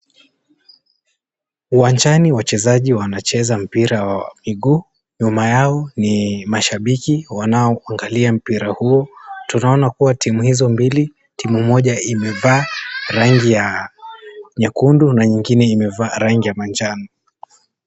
Uwanjani wachezaji wanacheza mpira wa miguu. Nyuma yao ni mashabiki wanaoangalia mpira huu. Tunaona kuwa timu hizo mbili, timu moja imevaa rangi ya nyekundu na ingine imevaa rangi ya manjano.